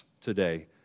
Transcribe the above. today